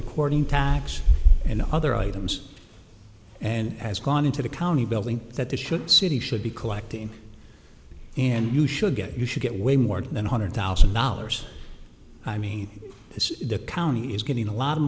recording tax and other items and has gone into the county building that this should city should be collecting and you should get you should get way more than one hundred thousand dollars i mean this is the county is getting a lot of